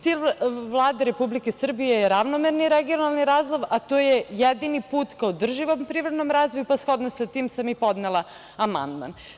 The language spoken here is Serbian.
Cilj Vlade Republike Srbije je ravnomerni regionalni razvoj, a to je jedini put ka održivom privrednom razvoju, pa shodno sa tim sam i podnela amandman.